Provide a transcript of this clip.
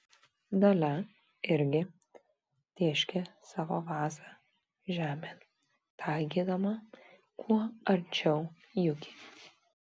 dalia irgi tėškė savo vazą žemėn taikydama kuo arčiau juki